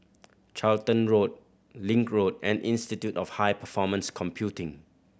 Charlton Road Link Road and Institute of High Performance Computing